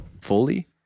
fully